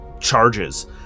charges